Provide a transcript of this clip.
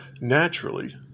naturally